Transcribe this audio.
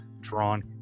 drawn